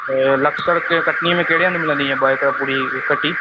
लक्षर के कटनीअ में कहिड़े हंधु मिलंदी इअं ॿ हिकु पुरी इकठी